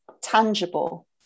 tangible